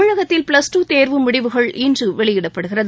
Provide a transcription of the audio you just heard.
தமிழகத்தில் plus two தேர்வு முடிவுகள் இன்று வெளியிடப்படுகிறது